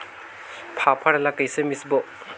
फाफण ला कइसे मिसबो?